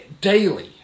daily